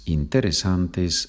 interesantes